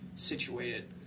situated